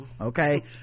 okay